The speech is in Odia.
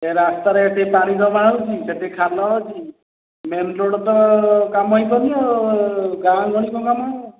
ଏ ରାସ୍ତାରେ ଏଠି ପାଣି ଜମା ହେଉଛି ସେଠି ଖାଲ ଅଛି ମେନ୍ରୋଡ଼୍ ତ କାମ ହେଇପାରୁନି ଆଉ ଗାଁ ଗହଳି କ'ଣ କାମ ହବ